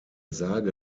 sage